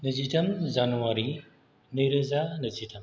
नैजिदाइन जानुवारि नैरोजा नैजिथाम